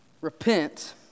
repent